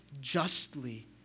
justly